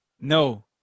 No